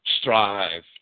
strive